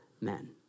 men